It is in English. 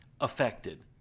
affected